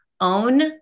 own